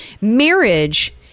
marriage